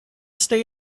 stay